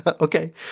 Okay